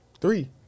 Three